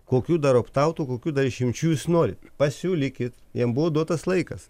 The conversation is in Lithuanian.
kokių dar optautų kokių dar išimčių jūs nori pasiūlykit jam buvo duotas laikas